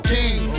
King